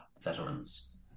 veterans